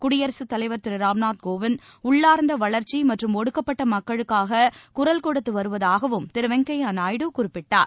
குடியரசுதலைவர் திருராம்நாத் கோவிந்த் உள்ளார்ந்தவளர்ச்சிமற்றும் ஒடுக்கப்பட்டமக்களுக்காககுரல் கொடுத்துவருவதாகவும் திருவெங்கய்யநாயுடு குறிப்பிட்டார்